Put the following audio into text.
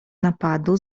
napadu